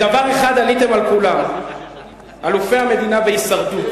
בדבר אחד עליתם על כולם, אלופי המדינה בהישרדות.